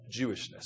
Jewishness